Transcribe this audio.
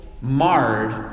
marred